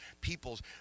peoples